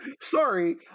sorry